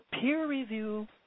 peer-review